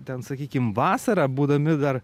ten sakykim vasarą būdami dar